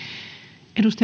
arvoisa